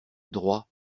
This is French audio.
droit